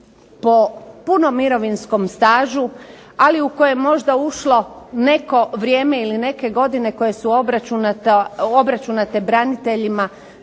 po punom mirovinskom stažu, ali u koje je možda ušlo neko vrijeme ili neke godine koje su obračunate braniteljima